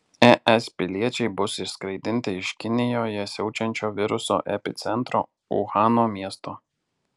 es piliečiai bus išskraidinti iš kinijoje siaučiančio viruso epicentro uhano miesto